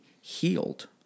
healed